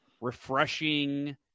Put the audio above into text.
refreshing